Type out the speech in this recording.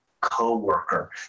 co-worker